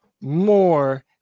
more